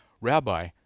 Rabbi